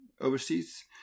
overseas